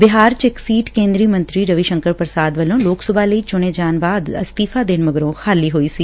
ਬਿਹਾਰ ਚ ਇਕ ਸੀਟ ਕੇਂਦਰੀ ਮੰਤਰੀ ਰਵੀ ਸ਼ੰਕਰ ਪ੍ਸ਼ਾਦ ਵੱਲੋਂ ਲੋਕ ਸਭਾ ਲਈ ਚੁਣੇ ਜਾਣ ਬਾਅਦ ਅਸਤੀਫ਼ਾ ਦੇਣ ਮਗਰੋਂ ਖਾਲੀ ਹੋਈ ਸੀ